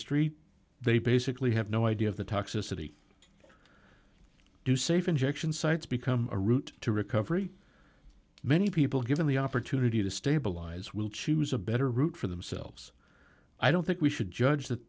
street they basically have no idea of the toxicity do safe injection sites become a route to recovery many people given the opportunity to stabilize will choose a better route for themselves i don't think we should judge that